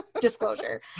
disclosure